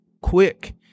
quick